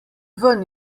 ven